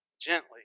gently